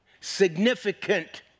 significant